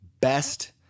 best